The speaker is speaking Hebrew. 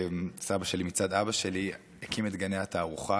סבא שלי מצד אבא שלי הקים את גני התערוכה.